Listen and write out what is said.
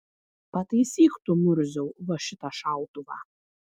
pataisyk tu murziau va šitą šautuvą